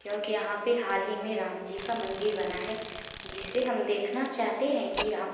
क्योंकि यहाँ पर हाल ही में राम जी का मंदिर बना है जिसे हम देखना चाहते हैं कि